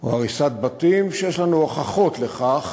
או הריסת בתים, שיש לנו הוכחות לכך